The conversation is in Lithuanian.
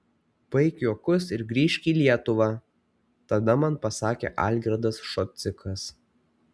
baik juokus ir grįžk į lietuvą tada man pasakė algirdas šocikas